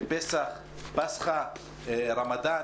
פסח, רמדאן